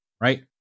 right